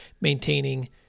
maintaining